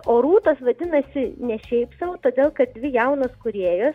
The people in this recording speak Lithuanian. o rūtos vadinasi ne šiaip sau todėl kad dvi jaunos kūrėjos